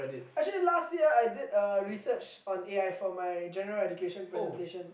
actually last year I did a research on A_I for my general education presentation